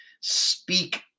speak